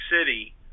City